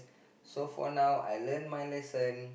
so for now I learn my lesson